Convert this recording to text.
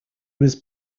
was